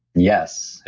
yes.